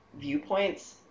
viewpoints